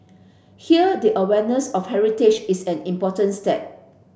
here the awareness of heritage is an important step